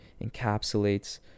encapsulates